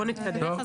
בואו נתקדם.